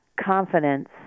confidence